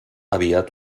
aviat